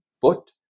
foot